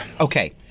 Okay